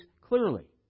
clearly